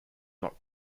not